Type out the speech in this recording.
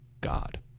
God